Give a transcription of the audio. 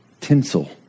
tinsel